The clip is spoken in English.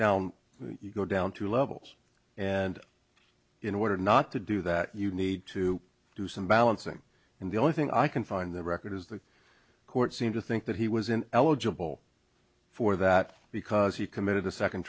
now you go down two levels and in order not to do that you need to do some balancing and the only thing i can find the record is the court seemed to think that he was an eligible for that because he committed a second